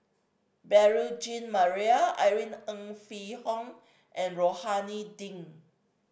Beurel Jean Marie Irene Ng Phek Hoong and Rohani Din